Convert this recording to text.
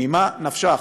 ממה נפשך?